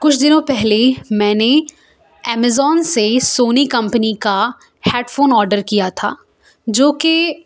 کچھ دنوں پہلے ہی میں نے امیزون سے سونی کمپنی کا ہیڈ فون آڈر کیا تھا جو کہ